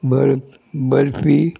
बर बर्फी